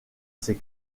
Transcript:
ses